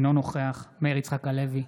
אינו נוכח מאיר יצחק הלוי,